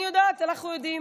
אני יודעת, אנחנו יודעים.